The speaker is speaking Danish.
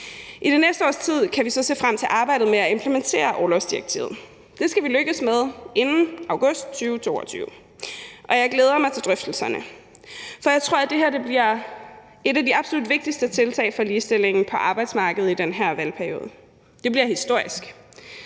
I det næste års tid kan vi så se frem til arbejdet med at implementere orlovsdirektivet. Det skal vi lykkes med inden august 2022, og jeg glæder mig til drøftelserne, for jeg tror, at det her bliver et af de absolut vigtigste tiltag for ligestillingen på arbejdsmarkedet i den her valgperiode. Det bliver historisk